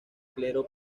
clero